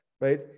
right